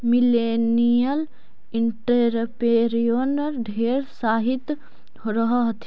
millennial entrepreneur ढेर उत्साहित रह हथिन